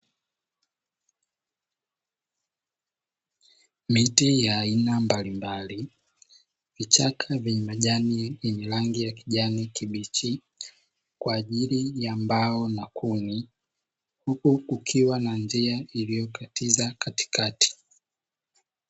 Miti ya aina mbalimbali, vichaka vyenye majani yenye rangi ya kijani kibichi kwa ajili ya mbao na kuni, huku kukiwa na njia iliyokatiza katikati.